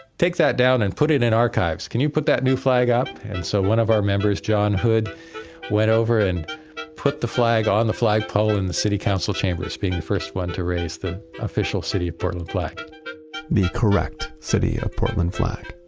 take that down and put it in archives. can you put that new flag up? and so one of our members, john hood went over and put the flag on the flag pole in the city council chambers, being the first one to raise the official city of portland flag the correct city of portland flag.